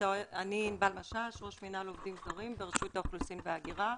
אני ראש מינהל עובדים זרים ברשות האוכלוסין וההגירה.